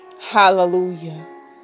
Hallelujah